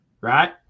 right